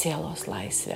sielos laisvę